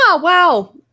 Wow